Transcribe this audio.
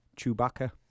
chewbacca